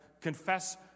confess